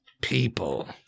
people